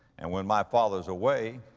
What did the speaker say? and when my father's away,